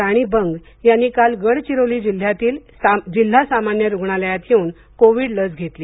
राणी बंग यांनी काल गडचिरोली येथील जिल्हा सामान्य रूग्णालयात येऊन कोविड लस घेतली